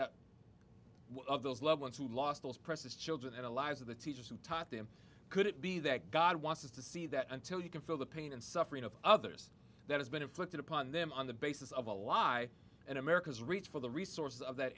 of those loved ones who lost those precious children and allies of the teachers who taught them could it be that god wants to see that until you can feel the pain and suffering of others that has been inflicted upon them on the basis of a lie and america's reach for the resources of that